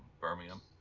Birmingham